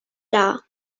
dar